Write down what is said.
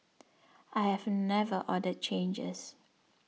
I have never ordered changes